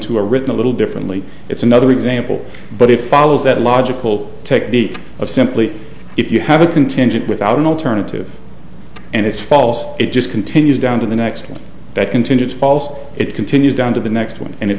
are written a little differently it's another example but it follows that logical technique of simply if you have a contingent without an alternative and it's false it just continues down to the next that continues falls it continues down to the next one and it